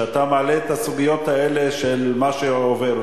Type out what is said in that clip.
אתה מעלה את הסוגיות האלה של מה שעובר,